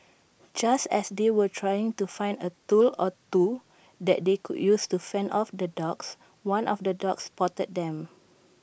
just as they were trying to find A tool or two that they could use to fend off the dogs one of the dogs spotted them